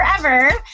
forever